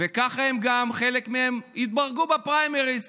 וככה חלק מהם התברגו בפריימריז.